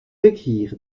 écrire